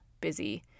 busy